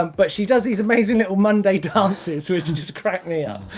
um but she does these amazing little monday dances which just crack me up.